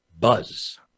buzz